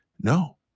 No